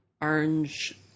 orange